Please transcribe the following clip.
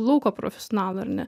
lauko profesionalų ar ne